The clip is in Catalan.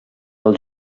del